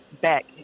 back